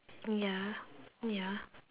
oh ya oh ya